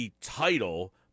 title